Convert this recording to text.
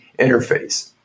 interface